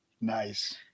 Nice